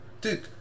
dude